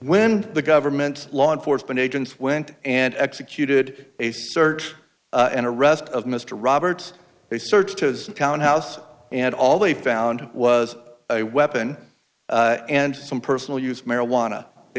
when the government law enforcement agents went and executed a search and arrest of mr roberts they searched his townhouse and all they found was a weapon and some personal use marijuana they